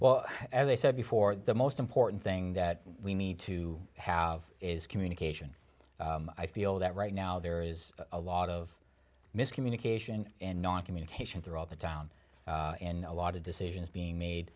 well as i said before the most important thing that we need to have is communication i feel that right now there is a lot of miscommunication and non communication throughout the town and a lot of decisions being made